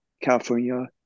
California